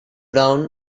brown